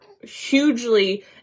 hugely